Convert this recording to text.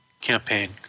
Campaign